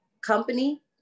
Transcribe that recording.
company